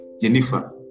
Jennifer